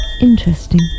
Interesting